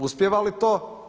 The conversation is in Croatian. Uspijeva li to?